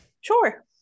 sure